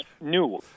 new